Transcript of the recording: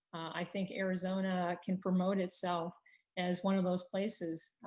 i think arizona can promote itself as one of those places.